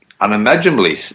unimaginably